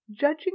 judging